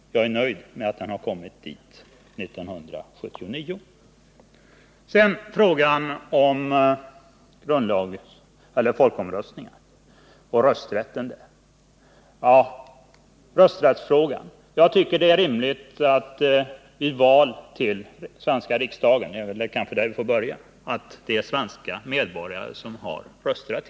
Men jag är nöjd med att vi nu har kommit längre och att viljan finns 1979. Så till frågan om folkomröstning och vad som diskuterats beträffande rösträtten i det sammanhanget. Jag tycker det är rimligt att det vid val till den svenska riksdagen — för det är väl kanske där vi får börja — är svenska medborgare som har rösträtt.